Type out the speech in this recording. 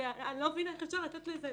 ואני לא מבינה איך אפשר לאפשר את זה.